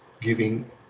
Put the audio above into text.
giving